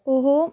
ਉਹ